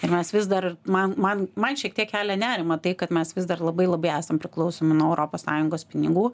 ir mes vis dar man man man šiek tiek kelia nerimą tai kad mes vis dar labai labai esam priklausomi nuo europos sąjungos pinigų